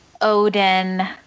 Odin